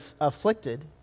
afflicted